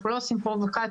אנחנו לא עושים פרובוקציות.